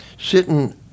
Sitting